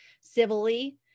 civilly